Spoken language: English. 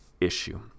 issue